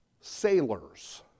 sailors